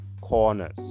corners